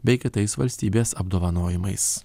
bei kitais valstybės apdovanojimais